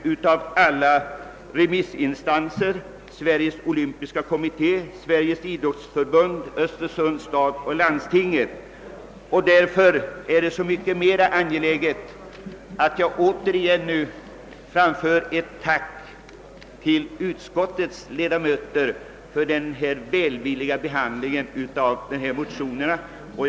Det gäller såväl Sveriges olympiska kommitté som Sveriges riksidrottsförbund, Östersunds stad och landstinget. Det är därför så mycket mera angeläget att jag ännu en gång framför ett tack till utskottets ledamöter för den välvilliga behandling som motionerna har fått.